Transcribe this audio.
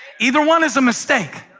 either one is a mistake.